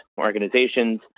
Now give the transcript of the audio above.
organizations